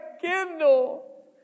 Kindle